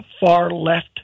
far-left